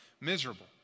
miserable